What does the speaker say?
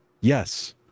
yes